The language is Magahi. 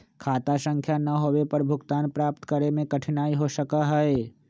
खाता संख्या ना होवे पर भुगतान प्राप्त करे में कठिनाई हो सका हई